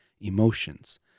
emotions